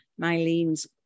Mylene's